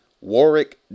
Warwick